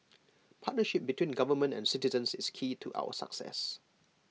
partnership between government and citizens is key to our success